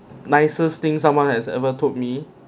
nicest thing someone has ever told me